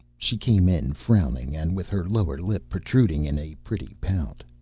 she came in frowning, and with her lower lip protruding in a pretty pout.